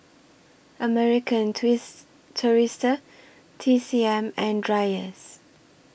American Tourister T C M and Dreyers